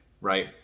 right